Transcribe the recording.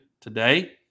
today